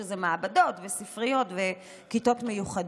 שזה מעבדות וספריות וכיתות מיוחדות.